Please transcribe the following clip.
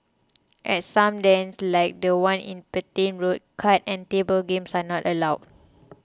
at some dens like the one in Petain Road card and table games are not allowed